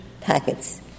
packets